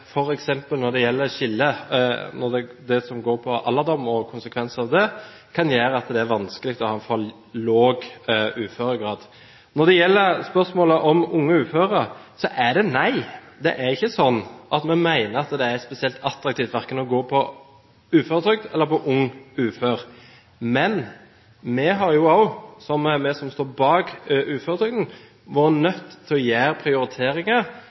det som går på alderdom og konsekvensene av det, kan gjøre det vanskelig å ha en for lav uføregrad. Når det gjelder spørsmålet om unge uføre: Nei, det er ikke sånn at vi mener at det er spesielt attraktivt verken å gå på uføretrygd eller på «ung ufør». Men vi har også, vi som står bak uføretrygden, vært nødt til å gjøre prioriteringer